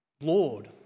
Lord